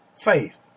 faith